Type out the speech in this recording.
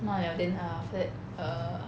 抹 liao then after that err